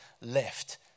left